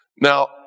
Now